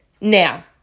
Now